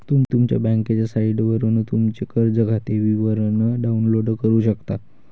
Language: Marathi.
तुम्ही तुमच्या बँकेच्या साइटवरून तुमचे कर्ज खाते विवरण डाउनलोड करू शकता